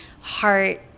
heart